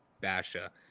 basha